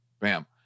bam